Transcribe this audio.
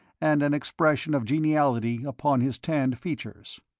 and an expression of geniality upon his tanned features.